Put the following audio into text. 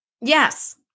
Yes